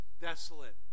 desolate